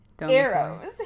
Arrows